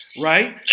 right